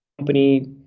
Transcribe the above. company